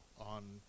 on